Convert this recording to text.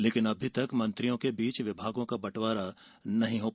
लेकिन अभी मंत्रियों के बीच विभागों का बंटवारा नहीं हुआ है